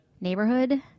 neighborhood